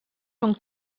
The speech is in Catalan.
són